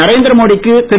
நரேந்திர மோடி க்கு திரு